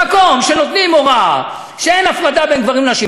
במקום שנותנים הוראה שאין הפרדה בין גברים לנשים,